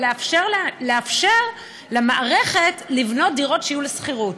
לאפשר למערכת לבנות דירות שיהיו לשכירות.